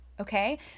okay